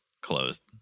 closed